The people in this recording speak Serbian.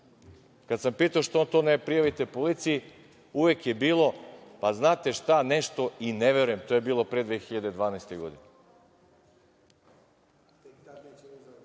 Kada sam pitao - što to ne prijavite policiji, uvek je bilo - pa znate šta nešto im i ne verujem. To je bilo pre 2012. godine. Sada